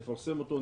נפרסם אותו,